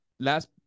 Last